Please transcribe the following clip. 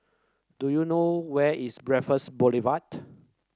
do you know where is Raffles Boulevard